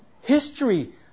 history